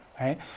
right